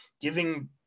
giving